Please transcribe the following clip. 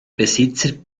besitzer